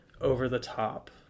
over-the-top